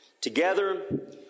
Together